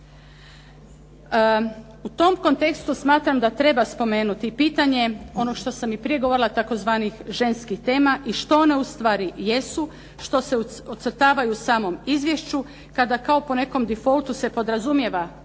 U tom kontekstu smatram da treba spomenuti pitanje, ono što sam i prije govorila, tzv. ženskih tema i što one ustvari jesu, što se ocrtavaju u samom izvješću kada kao po nekom defaultu se podrazumijeva